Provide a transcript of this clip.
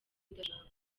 ndashaka